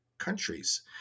countries